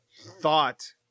thought